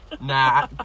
Nah